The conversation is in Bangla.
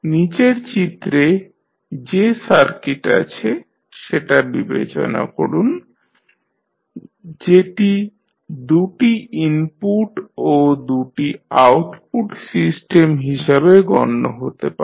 নীচের চিত্রে যে সার্কিট আছে সেটা বিবেচনা করুন যেটি দু'টি ইনপুট ও দু'টি আউটপুট সিস্টেম হিসাবে গণ্য হতে পারে